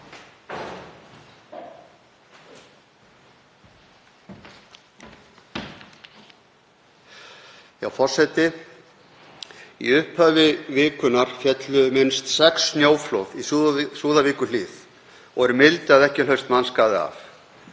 Forseti. Í upphafi vikunnar féllu minnst sex snjóflóð í Súðavíkurhlíð og er mildi að ekki hlaust mannskaði af.